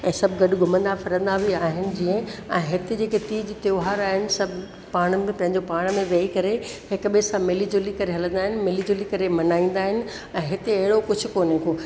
ऐं सभु गॾु घुमंदा फिरंदा बि आहिनि जीअं ऐं हिते जेके तीज त्योहार आहिनि सभु पाण में पंहिंजो पाण में वेही करे हिक ॿिए सां मिली जुली करे हलंदा आहिनि मिली जुली करे मनाईंदा आहिनि ऐं हिते अहिड़ो कुझु कोन्हे को